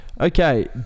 Okay